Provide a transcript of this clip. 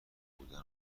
بودن